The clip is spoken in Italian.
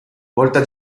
molta